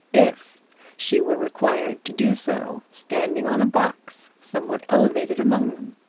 if she were required to do so standing on a box somewhat elevated among them.